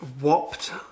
whopped